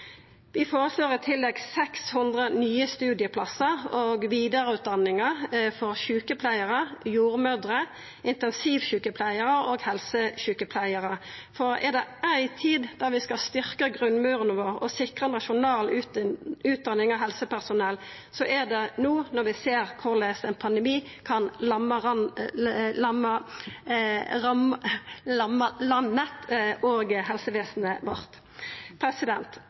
Vi føreslår i tillegg 600 nye studieplassar og vidareutdanningar for sjukepleiarar, jordmødrer, intensivsjukepleiarar og helsesjukepleiarar, for er det éi tid der vi skal styrkja grunnmuren vår og sikra nasjonal utdanning av helsepersonell, er det no, når vi ser korleis ein pandemi kan